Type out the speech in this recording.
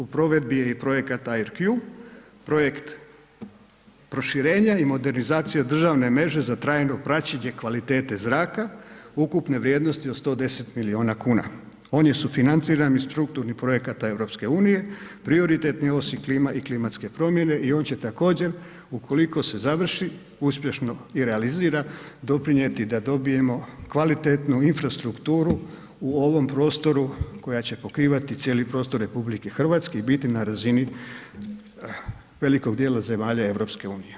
U provedi je projekat AIRQ, projekt proširenja i modernizacije državne mreže za trajno praćenje kvalitete zraka ukupne vrijednosti od 110 miliona kuna, on je sufinanciran iz strukturnih projekata EU prioritetne osi Klima i klimatske promjene i on će također ukoliko se završi uspješno i realizira doprinijeti da dobijemo kvalitetnu infrastrukturu u ovom prostoru koja će pokrivati cijeli prostor RH i biti na razini velikog dijela zemalja EU.